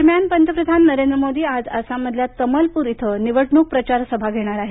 दरम्यान पंतप्रधान नरेंद्र मोदी आज आसाममधल्या तमलपूर इथं निवडणूक प्रचार सभा घेणार आहेत